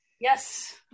Yes